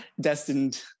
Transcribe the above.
Destined